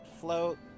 float